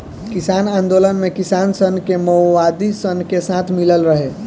किसान आन्दोलन मे किसान सन के मओवादी सन के साथ मिलल रहे